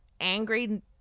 angry –